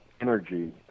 energy